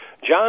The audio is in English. John